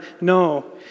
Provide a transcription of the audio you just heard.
No